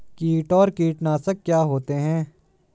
कीट और कीटनाशक क्या होते हैं?